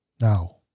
Now